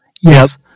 Yes